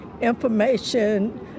Information